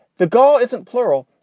the goal isn't plural.